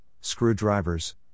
screwdrivers